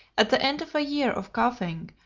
at the end of a year of coughing,